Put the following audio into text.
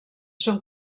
són